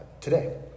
today